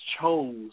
chose